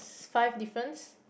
five difference